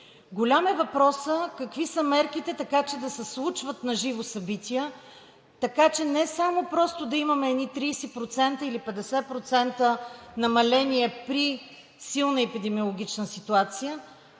Голям е въпросът какви са мерките, така че да се случват на живо събития, така че не само да имаме едни 30% или 50% намаление при силна епидемиологична ситуация,